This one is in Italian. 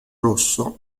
rosso